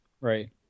Right